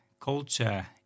culture